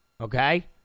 Okay